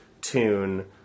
tune